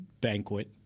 banquet